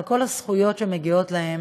על כל הזכויות שמגיעות להם.